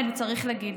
וצריך להגיד.